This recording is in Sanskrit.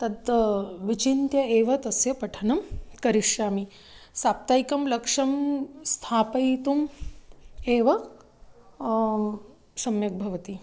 तत् विचिन्त्य एव तस्य पठनं करिष्यामि साप्ताहिकं लक्ष्यं स्थापयितुम् एव सम्यक् भवति